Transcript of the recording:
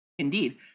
Indeed